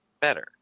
better